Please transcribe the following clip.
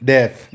Death